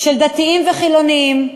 של דתיים וחילונים,